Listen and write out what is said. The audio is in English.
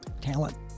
talent